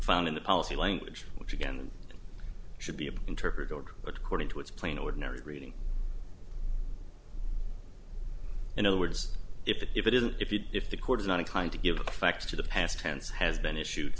found in the policy language which again should be interpreted according to its plain ordinary reading in other words if it isn't if you if the court is not inclined to give facts to the past tense has been issued